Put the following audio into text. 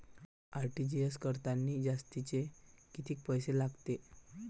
RTGS करतांनी जास्तचे कितीक पैसे लागते?